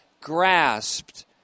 grasped